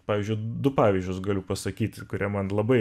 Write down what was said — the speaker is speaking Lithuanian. pavyzdžiui du pavyzdžius galiu pasakyti kurie man labai